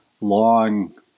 long